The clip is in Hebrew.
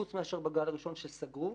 חוץ מאשר בגל הראשון שסגרו.